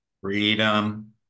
Freedom